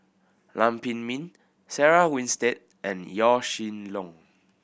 Lam Pin Min Sarah Winstedt and Yaw Shin Leong